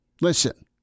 Listen